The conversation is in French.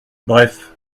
bref